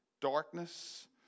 darkness